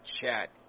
chat